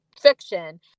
fiction